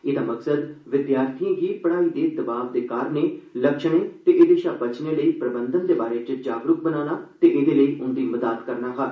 एह्दा मकसद विद्यार्थिएं गी पढ़ाई दे दबाऽ दे कारणें लक्षणें ते एह्दे शा बचने लेई प्रबंधन दे बारै च जागरूक बनाना ते एह्दे लेई उंदी मदाद करना हा